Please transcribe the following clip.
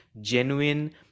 genuine